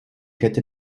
kette